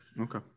okay